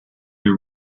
you